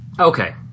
Okay